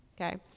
Okay